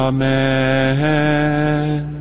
Amen